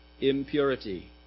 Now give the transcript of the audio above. impurity